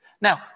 Now